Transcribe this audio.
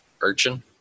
urchin